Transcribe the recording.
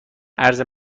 اِرز